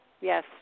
Yes